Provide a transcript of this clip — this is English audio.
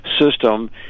system